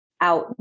out